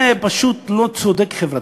זה פשוט לא צודק חברתית.